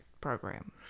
program